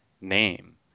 name